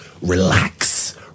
relax